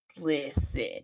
listen